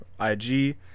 IG